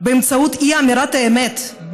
באמצעות אי-אמירת האמת,